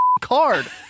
card